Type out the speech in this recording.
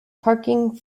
parking